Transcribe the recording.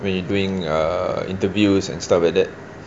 when you doing uh interviews and stuff like that